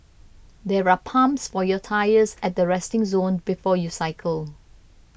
there are pumps for your tyres at the resting zone before you cycle